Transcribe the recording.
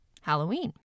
Halloween